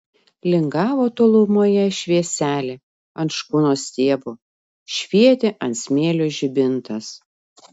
lingavo tolumoje švieselė ant škunos stiebo švietė ant smėlio žibintas